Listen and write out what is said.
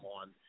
on